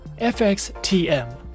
FXTM